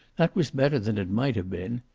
that was better than it might have been.